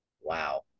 Wow